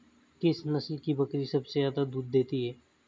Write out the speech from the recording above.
किस नस्ल की बकरी सबसे ज्यादा दूध देती है?